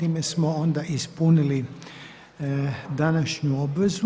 time smo onda ispunili današnju obvezu.